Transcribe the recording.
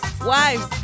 wives